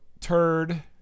turd